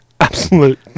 Absolute